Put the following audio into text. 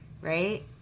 right